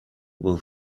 will